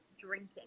drinking